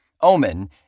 Omen